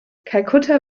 kalkutta